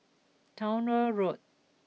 Towner Road